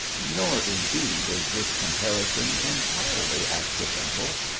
nor, indeed, is this comparison entirely accidental,